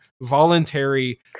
voluntary